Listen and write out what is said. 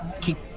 Keep